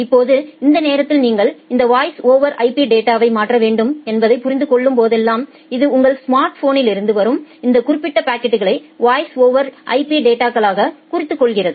இப்போது இந்த நேரத்தில் நீங்கள் இந்த வாய்ஸ் ஓவர் IP டேட்டாவை மாற்ற வேண்டும் என்பதை புரிந்து கொள்ளும்போதெல்லாம் இது உங்கள் ஸ்மார்ட்போனிலிருந்து வரும் இந்த குறிப்பிட்ட பாக்கெட்டுகளை வாய்ஸ் ஓவர் IP டேட்டாகளாக குறித்துக் கொள்கிறது